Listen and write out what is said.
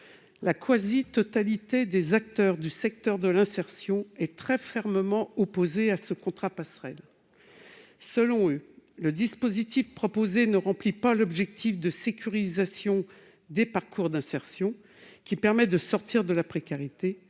La quasi-totalité des acteurs du secteur de l'insertion est très fermement opposée à ce contrat passerelle. Selon eux, le dispositif proposé ne remplit pas l'objectif de sécurisation des parcours d'insertion permettant de sortir les personnes